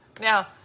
Now